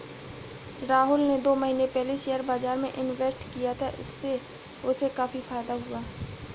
राहुल ने दो महीने पहले शेयर बाजार में इन्वेस्ट किया था, उससे उसे काफी फायदा हुआ है